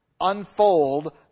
unfold